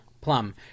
plum